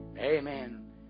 Amen